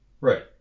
Right